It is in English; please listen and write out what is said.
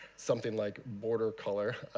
something like border color,